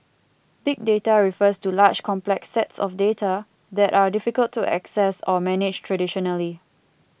big data refers to large complex sets of data that are difficult to access or manage traditionally